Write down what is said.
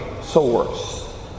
source